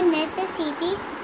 necessities